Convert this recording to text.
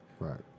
Right